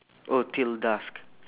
oh till dusk